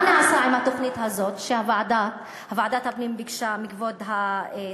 מה נעשה עם התוכנית הזאת שוועדת הפנים ביקשה מכבוד השר?